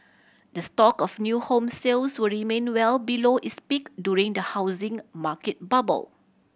the stock of new home sales will remain well below its peak during the housing market bubble